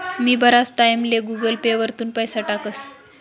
मी बराच टाईमले Google Pay वरथून पैसा टाकस